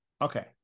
okay